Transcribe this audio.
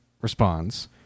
responds